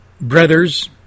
brothers